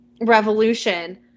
revolution